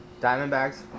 Diamondbacks